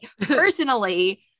Personally